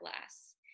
less